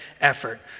effort